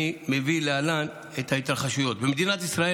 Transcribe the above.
אני מביא להלן את ההתרחשויות: במדינת ישראל